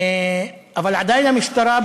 אבל עדיין המשטרה,